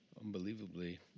unbelievably